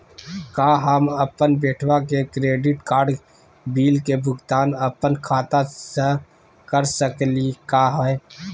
का हम अपन बेटवा के क्रेडिट कार्ड बिल के भुगतान अपन खाता स कर सकली का हे?